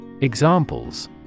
Examples